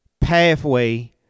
pathway